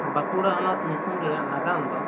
ᱵᱟᱸᱠᱩᱲᱟ ᱦᱚᱱᱚᱛ ᱧᱩᱛᱩᱢ ᱨᱮᱱᱟᱜ ᱱᱟᱜᱟᱢ ᱫᱚ